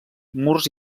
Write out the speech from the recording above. murs